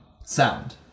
sound